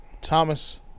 Thomas